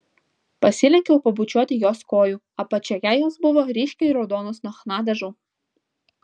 pasilenkiau pabučiuoti jos kojų apačioje jos buvo ryškiai raudonos nuo chna dažų